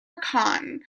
khan